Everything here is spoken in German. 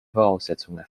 voraussetzungen